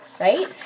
right